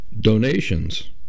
donations